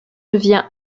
devient